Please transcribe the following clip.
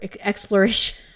exploration